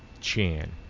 Chan